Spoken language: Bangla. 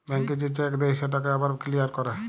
ব্যাংকে যে চ্যাক দেই সেটকে আবার কিলিয়ার ক্যরে